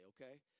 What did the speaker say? okay